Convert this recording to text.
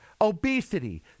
obesity